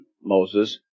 Moses